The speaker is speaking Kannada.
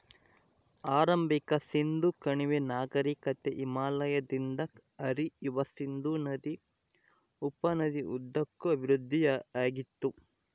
ಆರಂಭಿಕ ಸಿಂಧೂ ಕಣಿವೆ ನಾಗರಿಕತೆ ಹಿಮಾಲಯದಿಂದ ಹರಿಯುವ ಸಿಂಧೂ ನದಿ ಉಪನದಿ ಉದ್ದಕ್ಕೂ ಅಭಿವೃದ್ಧಿಆಗಿತ್ತು